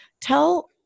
tell